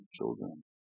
children